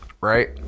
right